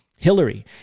Hillary